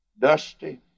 dusty